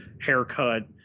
haircut